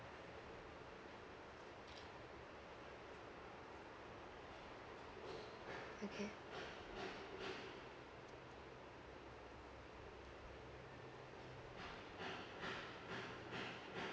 okay